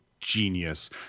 genius